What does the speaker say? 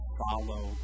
follow